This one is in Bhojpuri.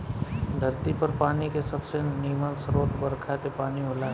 धरती पर पानी के सबसे निमन स्रोत बरखा के पानी होला